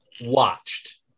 watched